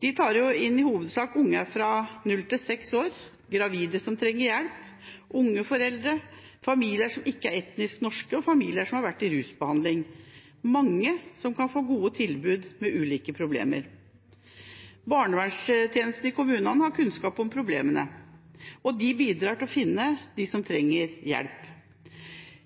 De tar i hovedsak inn unger fra 0 til 6 år, gravide som trenger hjelp, unge foreldre, familier som ikke er etnisk norske, og familier som har vært til rusbehandling. Det er mange med ulike problemer som kan få et godt tilbud. Barnevernstjenesten i kommunene har kunnskap om problemene, og de bidrar til å finne dem som trenger hjelp.